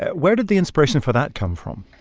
where did the inspiration for that come from?